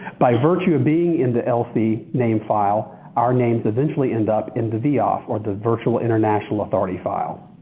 by virtue of being in the lc name file, our names eventually end up in the the viaf, or the virtual international authority file.